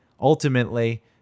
ultimately